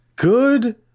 Good